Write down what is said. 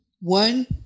one